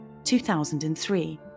2003